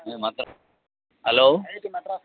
hello